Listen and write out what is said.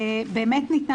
באמת ניתנה